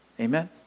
Amen